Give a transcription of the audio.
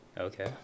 Okay